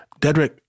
Dedrick